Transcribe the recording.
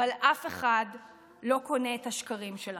אבל אף אחד לא קונה את השקרים שלכם.